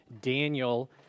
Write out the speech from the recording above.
Daniel